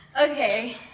Okay